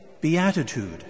beatitude